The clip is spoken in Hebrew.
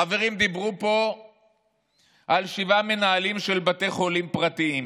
חברים דיברו פה על שבעה מנהלים של בתי חולים פרטיים,